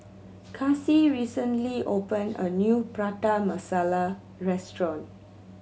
Kasie recently opened a new Prata Masala restaurant